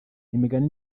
imigani